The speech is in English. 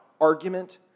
argument